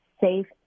safe